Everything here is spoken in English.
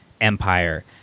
Empire